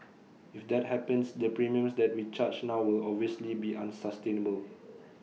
if that happens the premiums that we charge now will obviously be unsustainable